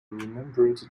remembered